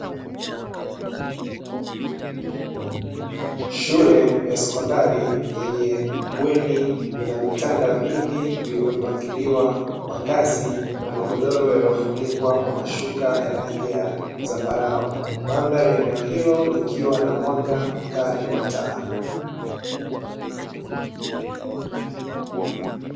Shule ya sekondari yenye bweni lina vitanda vingi vilivyopangiliwa kwa ngazi na magodoro yaliyofunikwa kwa mashuka ya rangi ya zambarau, mandhari ya eneo hilo likiwa na mwanga mkali wa taa.